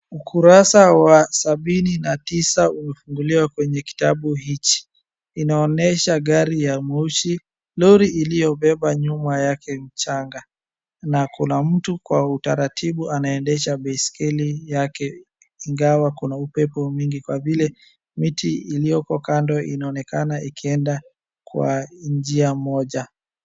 Ukurasa wa sabini na tisa umefunguliwa kwenye kitabu hichi. Inaonesha gari ya moshi, lori iliyobeba nyuma yake mchanga. Na kuna mtu kwa utarartibu anaendesha baiskeli yake ingawa kuna upepo wkingi kwa vile miti iliyoko kando inaonekana ikienda kwa njia moja.